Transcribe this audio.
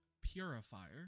purifier